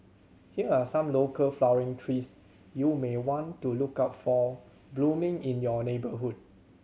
here are some local flowering trees you may want to look out for blooming in your neighbourhood